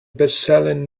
bestselling